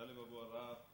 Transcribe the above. טלב אבו עראר,